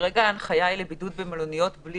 כרגע ההנחיה היא לבידוד במלוניות בלי